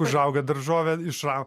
užauga daržovė išrau